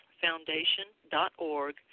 Foundation.org